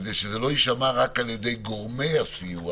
כדי שזה לא יישמע רק על ידי גורמי הסיוע,